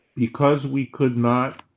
because we could not